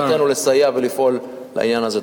מחובתנו לסייע ולפעול לעניין הזה.